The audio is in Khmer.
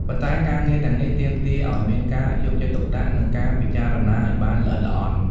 ប៉ុន្តែការងារទាំងនេះទាមទារឲ្យមានការយកចិត្តទុកដាក់និងការពិចារណាឲ្យបានល្អិតល្អន់។